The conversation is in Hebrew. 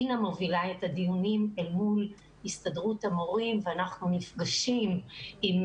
אינה מובילה את הדיונים אל מול הסתדרות המורים ואנחנו נפגשים עם